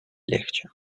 легче